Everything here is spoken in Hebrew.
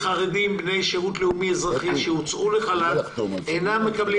בנושא: "מאות חרדים בני שירות לאומי אזרחי שהוצאו לחל"ת ואינם מקבלים